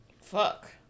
Fuck